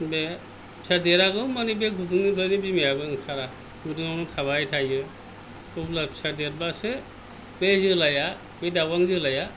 फिसा देरागौ मानि बे गुदुंनिफ्रायनो बिमायाबो ओंखारा गुदुङावनो थाबाय थायो अब्ला फिसा देरब्लासो बे जोलाया बै दावां जोलाया